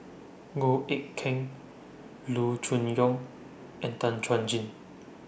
Goh Eck Kheng Loo Choon Yong and Tan Chuan Jin